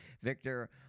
victor